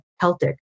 Celtic